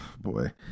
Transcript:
boy